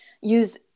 use